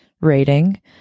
rating